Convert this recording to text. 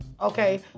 okay